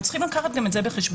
הם צריכים לקחת גם את זה בחשבון.